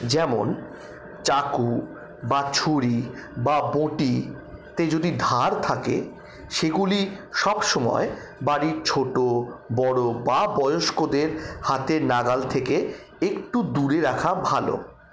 যেমন চাকু বা ছুরি বা বঁটিতে যদি ধার থাকে সেগুলি সবসময় বাড়ির ছোটো বড়ো বা বয়স্কদের হাতের নাগাল থেকে একটু দূরে রাখা ভালো